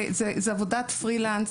זו עבודת פרילנס,